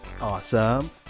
Awesome